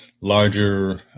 larger